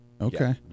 Okay